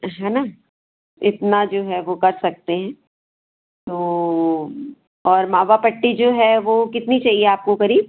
है ना इतना जो है वह कर सकते हैं तो वह और मावा पट्टी जो है वो कितनी चाहिए आपको क़रीब